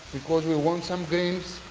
because we want some greens